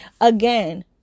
again